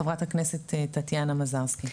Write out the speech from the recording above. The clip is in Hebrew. ח"כ טטיאנה מזרסקי.